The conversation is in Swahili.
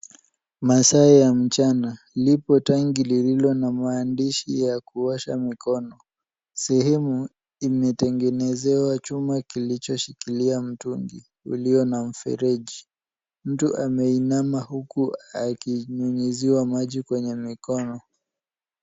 Masaa ya mchana. Lipo tanki lililo na maandishi ya kuosha mikono. Sehemu imetengenezewa chuma kilichoshikilia mtungi ulio na mfereji. Mtu ameinama huku akinyunyuziwa maji kwenye mikono.